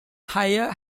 higher